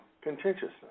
contentiousness